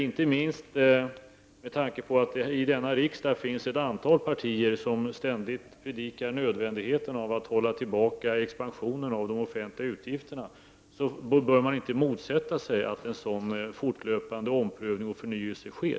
Inte minst med tanke på att det i denna riksdag finns ett antal partier som ständigt predikar nödvändigheten av att hålla tillbaka expansionen av de offentliga utgifterna bör man inte motsätta sig att en sådan fortlöpande omprövning och förnyelse sker.